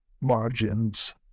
margins